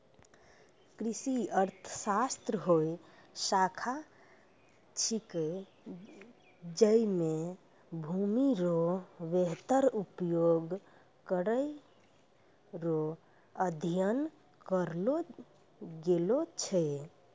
कृषि अर्थशास्त्र हौ शाखा छिकै जैमे भूमि रो वेहतर उपयोग करै रो अध्ययन करलो गेलो छै